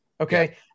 okay